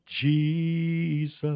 Jesus